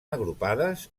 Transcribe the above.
agrupades